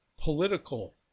political